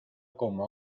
como